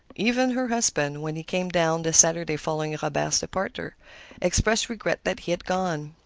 even her husband, when he came down the saturday following robert's departure, expressed regret that he had gone.